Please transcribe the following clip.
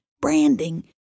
branding